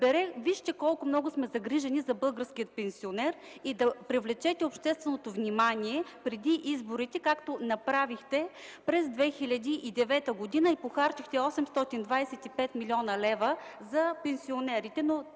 вижте колко много сме загрижени за българския пенсионер; да привлечете общественото внимание преди изборите, както направихте през 2009 г. и похарчихте 825 млн. лв. за пенсионерите, но те ви